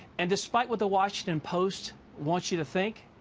and despite what the washington post wants you to think,